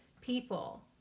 people